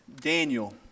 Daniel